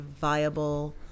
viable